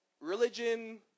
religion